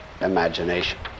imagination